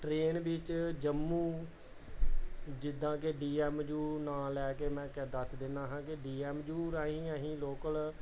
train ਵਿੱਚ ਜੰਮੂ ਜਿੱਦਾਂ ਕਿ ਡੀ ਐਮ ਯੂ ਨਾਂ ਲੈ ਕੇ ਮੈਂ ਦੱਸ ਦਿੰਦਾ ਹਾਂ ਕਿ ਡੀ ਐਮ ਯੂ ਰਾਹੀਂ ਅਸੀਂ ਲੋਕਲ